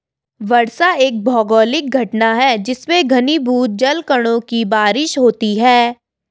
वर्षा एक भौगोलिक घटना है जिसमें घनीभूत जलकणों की बारिश होती है